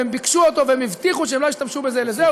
והם ביקשו אותו והם הבטיחו שהם לא ישתמשו בזה לזה,